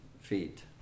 feet